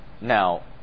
Now